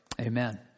Amen